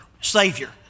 Savior